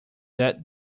that